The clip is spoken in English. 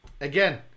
Again